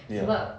ya